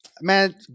Man